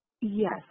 Yes